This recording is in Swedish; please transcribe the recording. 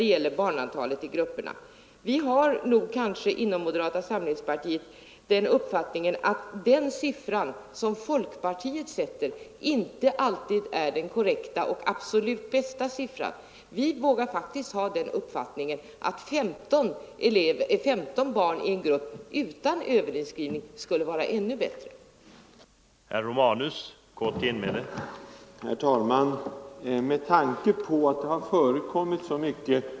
I vad gäller barnantalet i grupperna anser vi i moderata samlingspartiet att den siffra som folkpartiet sätter upp inte alltid är den korrekta och absolut bästa. Vi vågar faktiskt ha den uppfattningen att 15 barn i en grupp utan överinskrivning skulle vara ännu bättre.